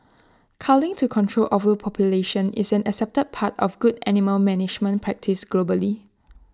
culling to control overpopulation is an accepted part of good animal management practice globally